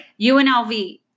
unlv